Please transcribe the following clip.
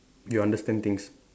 you understand things